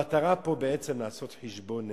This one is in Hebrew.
בעצם המטרה היא לעשות חשבון נפש.